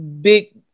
big